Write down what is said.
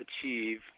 achieve